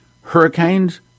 hurricanes